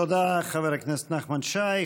תודה לחבר הכנסת נחמן שי.